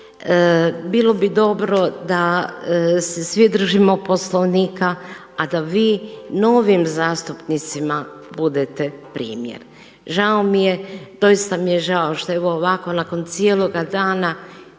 Bilo bi dobro da se svi držimo Poslovnika, a da vi novim zastupnicima budete primjer. Žao mi je, doista mi je žao što evo ovako nakon cijeloga dana